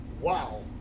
Wow